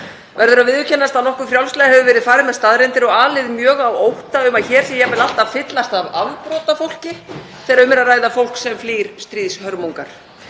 verður að viðurkennast að nokkuð frjálslega hefur verið farið með staðreyndir og alið mjög á ótta um að hér sé jafnvel allt að fyllast af afbrotafólki þegar um er að ræða fólk sem flýr stríðshörmungar.